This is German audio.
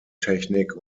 technik